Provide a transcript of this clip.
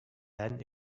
then